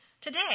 Today